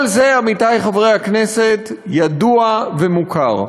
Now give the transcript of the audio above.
כל זה, עמיתי חברי הכנסת, ידוע ומוכר.